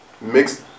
mixed